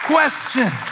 Question